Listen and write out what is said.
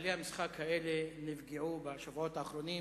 כללי המשחק האלה נפגעו בשבועות האחרונים.